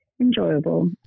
enjoyable